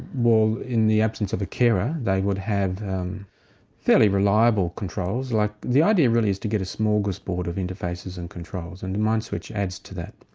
well in the absence of a carer they would have fairly reliable controls. like the idea really is to get a smorgasbord of interfaces and controls and the mindswitch adds to that.